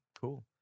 cool